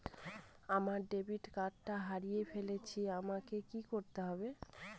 আমার ডেবিট কার্ডটা হারিয়ে ফেলেছি আমাকে কি করতে হবে?